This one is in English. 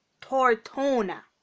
Tortona